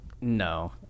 no